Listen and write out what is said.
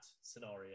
scenario